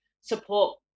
support